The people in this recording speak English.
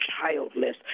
childless